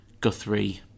Guthrie